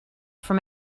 from